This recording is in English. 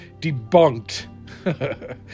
debunked